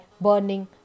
burning